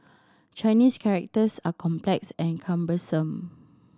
Chinese characters are complex and cumbersome